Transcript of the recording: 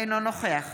אינו נוכח